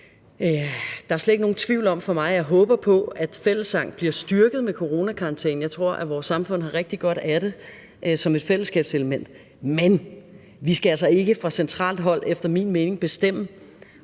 for mig slet ikke er nogen tvivl om, at fællessang er blevet styrket med coronakarantænen. Jeg tror, at vores samfund har rigtig godt af det som et fællesskabselement, men vi skal altså ikke efter min mening fra